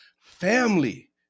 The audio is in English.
family